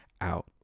out